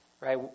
right